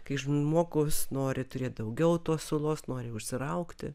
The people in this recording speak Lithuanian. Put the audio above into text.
kai žmogus nori turėti daugiau to sulos nori užsiraugti